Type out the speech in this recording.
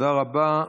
תודה רבה.